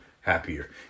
happier